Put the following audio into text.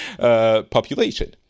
population